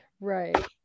Right